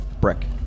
brick